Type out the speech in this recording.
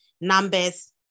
numbers